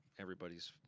everybody's